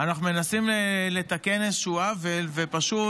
לא אלייך.